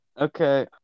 Okay